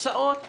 לתוצאות